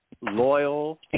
loyal